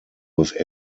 was